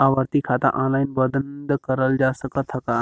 आवर्ती खाता ऑनलाइन बन्द करल जा सकत ह का?